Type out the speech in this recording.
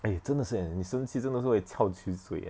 eh 真的是 eh 你生气真的是会翘起嘴 eh